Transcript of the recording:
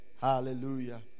Hallelujah